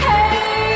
Hey